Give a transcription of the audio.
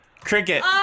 Cricket